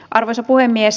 arvoisa puhemies